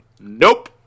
nope